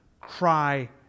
cry